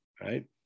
right